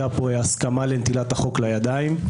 שהייתה פה הסכמה לנטילת החוק לידיים.